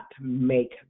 make